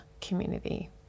community